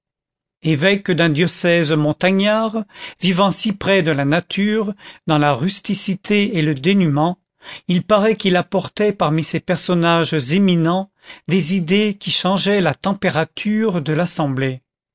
évêque d'un diocèse montagnard vivant si près de la nature dans la rusticité et le dénuement il paraît qu'il apportait parmi ces personnages éminents des idées qui changeaient la température de l'assemblée